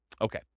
Okay